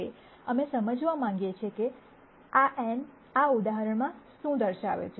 હવે અમે સમજવા માંગીએ છીએ કે આ n આ ઉદાહરણમાં શું દર્શાવે છે